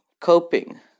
coping